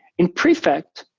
in prefect,